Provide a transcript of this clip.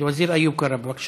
וזיר איוב קרא, בבקשה,